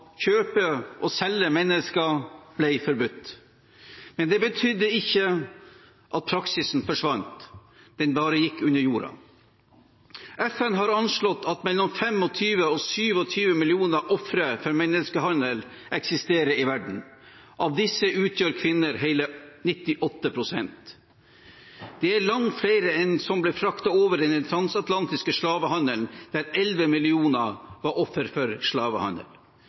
kjøpe og selge mennesker ble forbudt. Men det betydde ikke at praksisen forsvant – den bare gikk under jorden. FN har anslått at det er mellom 25 og 27 millioner ofre for menneskehandel i verden. Av disse utgjør kvinner hele 98 pst. Det er langt flere enn det som ble fraktet over under den transatlantiske slavehandelen, der 11 millioner var offer for slavehandel.